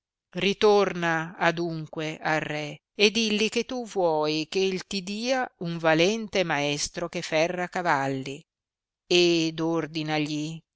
ritorna adunque al re e dilli che tu vuoi che ti dia un valente maestro che ferra cavalli ed ordinagli